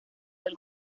del